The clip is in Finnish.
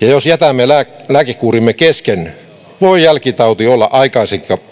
ja jos jätämme lääkekuurimme kesken voi jälkitauti olla